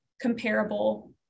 comparable